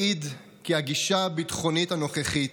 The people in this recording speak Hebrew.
מעיד כי הגישה הביטחונית הנוכחית,